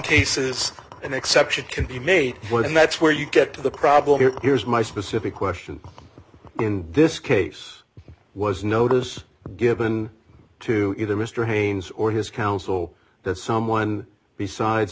cases an exception can be made one and that's where you get to the problem here here's my specific question in this case was notice given to either mr haines or his counsel that someone besides